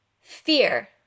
fear